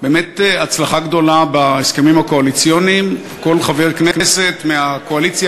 באמת הצלחה גדולה בהסכמים הקואליציוניים: כל חבר כנסת מהקואליציה